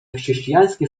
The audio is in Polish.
chrześcijańskie